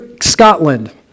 Scotland